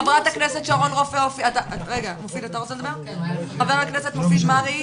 ח"כ מופיד מרעי בבקשה.